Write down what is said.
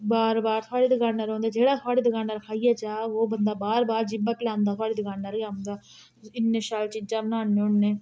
बार बार थोआढ़ी दकानै'र औंदे जेह्ड़ा थोआढ़ी दकानै'र खाइयै जाह्ग ओह बंदा बार बार जीह्बा पलैंदा थोआढ़ी दकानै'र गै औंदा तुस इन्नी शैल चीजां बनाने होन्ने